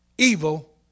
evil